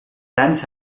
tijdens